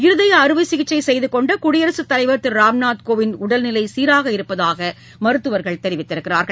இருதய அறுவைசிகிச்சை செய்துகொண்ட குடியரசுத் தலைவர் திரு ராம்நாத் கோவிந்த் உடல்நிலை சீராக இருப்பதாக மருத்துவர்கள் தெரிவித்துள்ளனர்